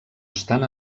estan